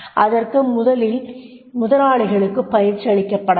அதற்கு முதலில் முதலாளிகளுக்கு பயிற்சியளிக்கப்பட வேண்டும்